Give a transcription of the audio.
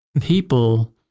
people